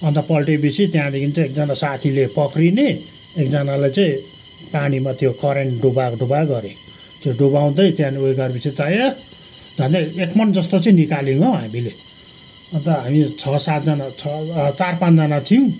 अन्त पल्टिएपछि त्यहाँदेखि चाहिँ एकजना साथीले पक्रिने एकजनालाई चाहिँ पानीमा त्यो करेन्ट डुबाको डुबाको गऱ्यो त्यो डुबाउँदै त्यहाँदेखि उयो गरेपछि त ए झन्डै एक मन जस्तो चाहिँ निकाल्यौँ हौ हामीले अन्त हामी छ सातजना छ चार पाँचजना थियौँ